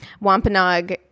Wampanoag